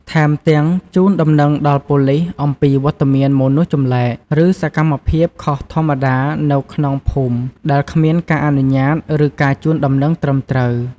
ថែមទាំងជូនដំណឹងដល់ប៉ូលីសអំពីវត្តមានមនុស្សចម្លែក ឬសកម្មភាពខុសធម្មតានៅក្នុងភូមិដែលគ្មានការអនុញ្ញាត ឬការជូនដំណឹងត្រឹមត្រូវ។